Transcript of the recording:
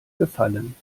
gefallen